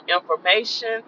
information